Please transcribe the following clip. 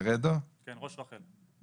ראש רח"ל.